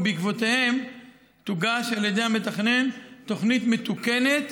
ובעקבותיהם תוגש על ידי המתכנן תוכנית מתוקנת,